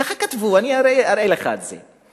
כך כתבו, אני אראה לך את זה.